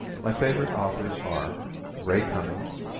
my favorite authors are ray cummings,